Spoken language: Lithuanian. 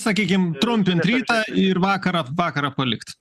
sakykim trumpint rytą ir vakarą vakarą palikt